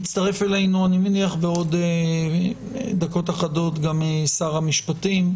יצטרף אלינו בעוד דקות אחדות גם שר המשפטים,